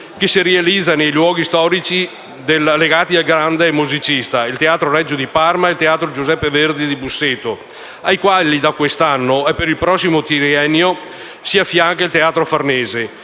che si realizza in luoghi storici legati al grande musicista, quali il Teatro Regio di Parma e il Teatro Giuseppe Verdi di Busseto, ai quali da quest'anno e per il prossimo triennio si affianca il Teatro Farnese,